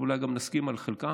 ואולי גם נסכים על חלקם,